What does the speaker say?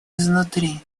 изнутри